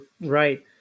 Right